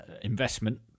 investment